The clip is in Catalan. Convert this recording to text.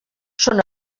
són